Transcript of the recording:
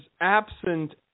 absent